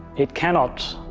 it cannot